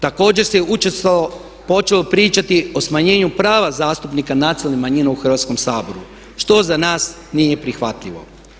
Također se učestalo počelo pričati o smanjenju prava zastupnika nacionalne manjine u Hrvatskom saboru što za nas nije prihvatljivo.